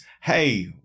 hey